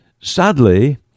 Sadly